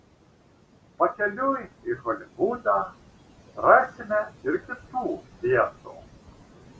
pakeliui į holivudą rasime ir kitų vietų